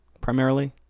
primarily